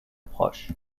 proche